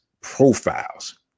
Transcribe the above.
profiles